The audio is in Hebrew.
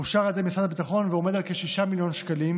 אושר על ידי משרד הביטחון ועומד על כ-6 מיליון שקלים,